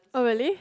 oh really